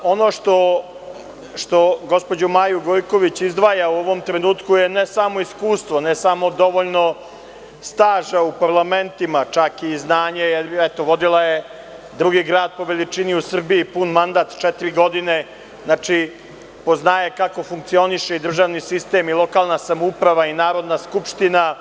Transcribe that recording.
Ono što gospođu Maju Gojković izdvaja u ovom trenutku je ne samo iskustvo, ne samo dovoljno staža u parlamentima, čak i znanje, jer eto vodila je drugi grad po veličini u Srbiji, pun mandat četiri godine, znači, poznaje kako funkcioniše državni sistem i lokalna samouprava i Narodna skupština.